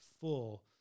full